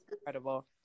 incredible